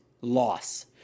loss